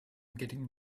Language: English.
getting